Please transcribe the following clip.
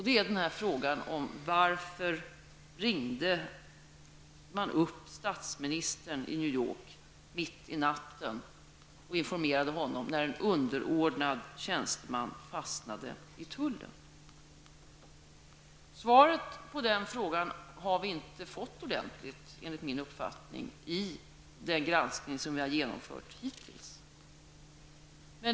Det är frågan: Varför ringde man upp statsministern i New York mitt i natten och informerade honom när en underordnad tjänsteman fastnade i tullen? Svaret på den frågan har vi enligt min uppfattning inte fått ordentligt i den granskning vi har genomfört.